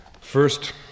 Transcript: First